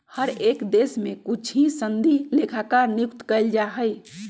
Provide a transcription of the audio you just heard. हर एक देश में कुछ ही सनदी लेखाकार नियुक्त कइल जा हई